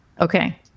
Okay